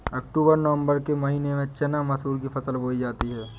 अक्टूबर नवम्बर के महीना में चना मसूर की फसल बोई जाती है?